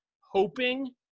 hoping